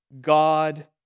God